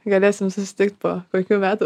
galėsim susitikt po kokių metų